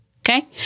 Okay